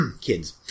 kids